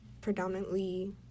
predominantly